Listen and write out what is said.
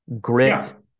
Grit